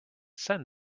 send